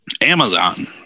amazon